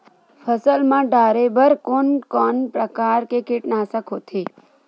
फसल मा डारेबर कोन कौन प्रकार के कीटनाशक होथे?